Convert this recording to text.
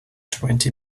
twenty